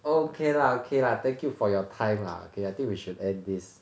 okay lah okay lah thank you for your time lah okay I think we should end this